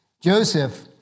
Joseph